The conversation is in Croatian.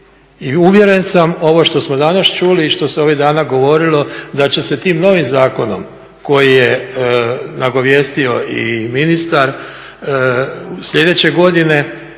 i uvjeren sam ovo što smo danas čuli i što se ovih dana govorilo, da će se tim novim zakonom koji je nagovijestio i ministar, sljedeće godine,